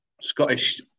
Scottish